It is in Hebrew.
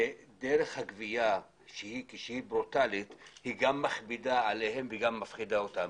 הגבייה הברוטאלית מכבידה עליהם ומפחידה אותם.